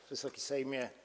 Wysoki Sejmie!